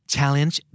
Challenge